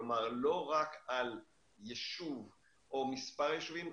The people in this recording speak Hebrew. כלומר לא רק על יישוב או מספר יישובים,